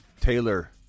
Taylor